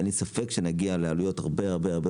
אין לי ספק שנגיע לעלויות הרבה יותר נמוכות.